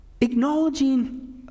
Acknowledging